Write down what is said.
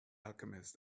alchemist